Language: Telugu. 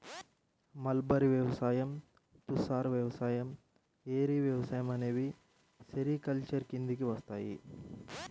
మల్బరీ వ్యవసాయం, తుసర్ వ్యవసాయం, ఏరి వ్యవసాయం అనేవి సెరికల్చర్ కిందికి వస్తాయి